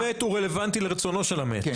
גם ניבול המת הוא רלוונטי לרצונו של המת.